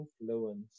influence